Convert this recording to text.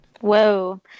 Whoa